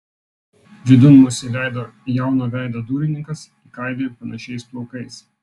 vidun mus įleido jauno veido durininkas į kailį panašiais plaukais